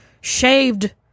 shaved